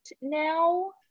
now